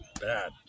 Bad